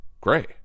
Gray